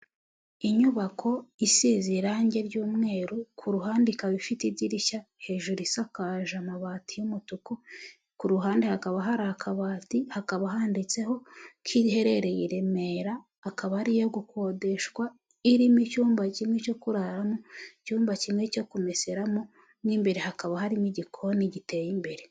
Inyubako isize irangi ry'umweru ku ruhande ikaba ifite idirishya, hejuru isakaje amabati y'umutuku, ku ruhande hakaba hari akabati hakaba handitseho ko iherereye i Remera, akaba ari iyo gukodeshwa, irimo icyumba kimwe cyo kuraramo, icyumba kimwe cyo kumeseramo, mo imbere hakaba harimo igikoni giteye imbere.